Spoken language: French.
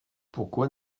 pourquoi